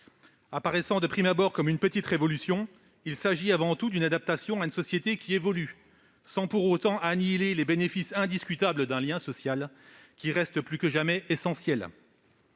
Apparaissant, de prime abord, comme une petite révolution, il est avant tout une adaptation à une société qui évolue sans pour autant annihiler les bénéfices indiscutables d'un lien social, qui reste plus que jamais essentiel.